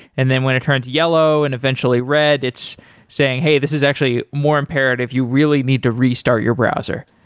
and then when it turns yellow and eventually red, it's saying, hey, this is actually more impaired if you really need to restart your browser.